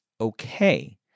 okay